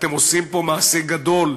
אתם עושים פה מעשה גדול,